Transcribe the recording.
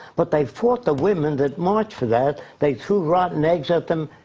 but they fought the women that marched for that, they threw rotten eggs at them.